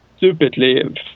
Stupidly